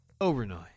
Overnight